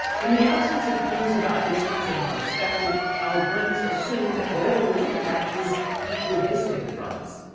in the absence of clues about distance and perspective, our brains assume that whatever we're looking at is equidistant from us,